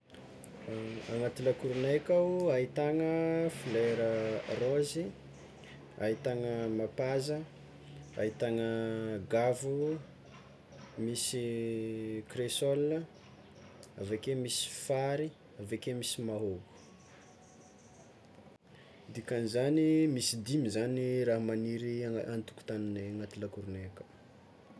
Anaty lakoronay akao ahitagna folera raozy, ahitagna mapaza, ahitagna gavo, misy kresola, aveke misy fary aveke misy mahôgo, dikan'izany misy dimy zany raha maniry agna- an-tokontaninay agnaty lakoronay aka.